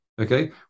Okay